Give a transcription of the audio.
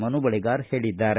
ಮನು ಬಳಿಗಾರ್ ಹೇಳಿದ್ದಾರೆ